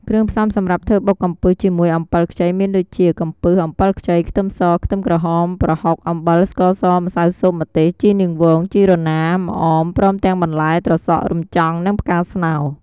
គ្រឿងផ្សំសម្រាប់ធ្វើបុកកំពឹសជាមួយអំពិលខ្ចីមានដូចជា កំពឹស អំពិលខ្ចី ខ្ទឹមស ខ្ទឹមក្រហម ប្រហុក អំបិល ស្ករស ម្សៅស៊ុប ម្ទេស ជីនាងវង ជីរណា ម្អម ព្រមទាំងបន្លែ ត្រសក់ រំចង់ និងផ្កាស្នោ។